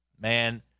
Man